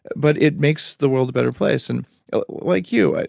but it makes the world a better place. and like you,